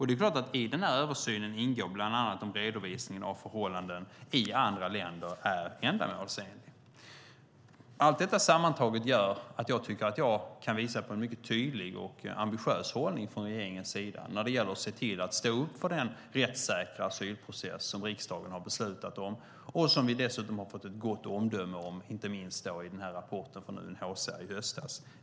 Det är klart att det i denna översyn ingår bland annat om redovisningen av förhållandena i andra länder är ändamålsenlig. Allt detta sammantaget gör att jag tycker att jag kan visa på en mycket tydlig och ambitiös hållning från regeringens sida när det gäller att se till att stå upp för den rättssäkra asylprocess riksdagen har beslutat om och som vi dessutom har fått ett gott omdöme om inte minst i rapporten från UNHCR i höstas.